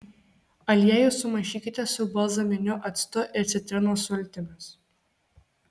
aliejų sumaišykite su balzaminiu actu ir citrinos sultimis